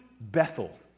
Bethel